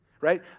right